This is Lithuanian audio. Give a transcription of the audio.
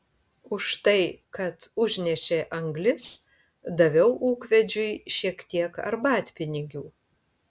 už tai kad užnešė anglis daviau ūkvedžiui šiek tiek arbatpinigių